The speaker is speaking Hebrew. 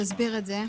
תסביר את זה.